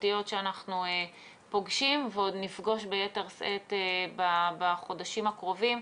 חברתיות שאנחנו פוגשים ועוד נפגוש ביתר שאת בחודשים הקרובים,